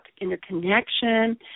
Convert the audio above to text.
interconnection